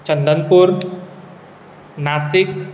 Chandanpur Nashik